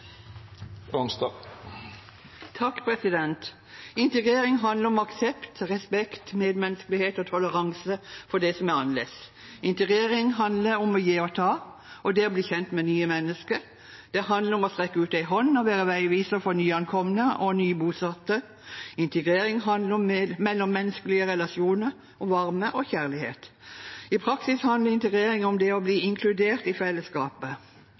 Integrering handler om aksept, respekt, medmenneskelighet og toleranse for det som er annerledes. Integrering handler om å gi og ta og det å bli kjent med nye mennesker. Det handler om å strekke ut en hånd og være veiviser for nyankomne og nye bosatte. Integrering handler om mellommenneskelige relasjoner, om varme og kjærlighet. I praksis handler integrering om det å bli inkludert i fellesskapet.